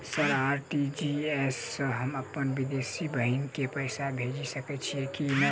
Sir RTGS सँ हम अप्पन विदेशी बहिन केँ पैसा भेजि सकै छियै की नै?